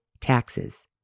taxes